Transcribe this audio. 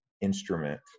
instrument